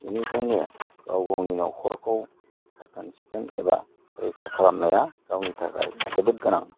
बेनिखायनो गाव गावनि न'खरखौ साखोन सिखोन एबा रैखा खालामनाया गावनि थाखाय जोबोद गोनां